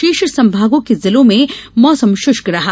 शेष संभागों के जिलों में मौसम शुष्क रहा